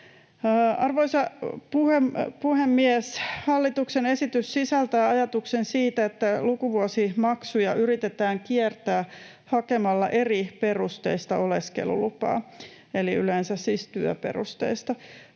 Arvoisa puhemies! Hallituksen esitys sisältää ajatuksen siitä, että lukuvuosimaksuja yritetään kiertää hakemalla eriperusteista oleskelulupaa, yleensä siis työperusteista.